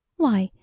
why,